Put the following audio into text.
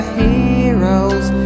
heroes